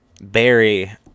berry